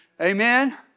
Amen